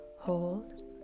Hold